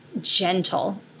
gentle